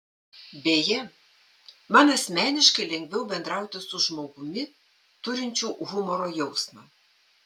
beje man asmeniškai lengviau bendrauti su žmogumi turinčiu humoro jausmą